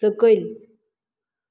सकयल